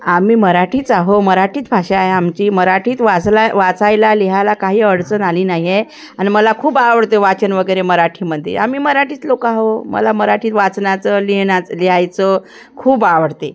आम्ही मराठीच आहोत मराठीत भाषा आहे आमची मराठीत वाचला वाचायला लिहायला काही अडचण आली नाही आहे आणि मला खूप आवडते आहे वाचन वगैरे मराठीमध्ये आम्ही मराठीच लोक आहे मला मराठीत वाचनाचं लिहिणाच लिहायचं खूप आवडते